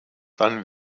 dann